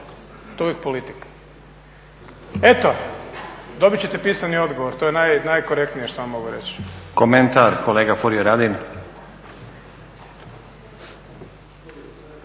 To je uvijek politika. Eto, dobit ćete pisani odgovor. To je najkorektnije što vam mogu reći. **Stazić, Nenad